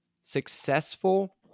Successful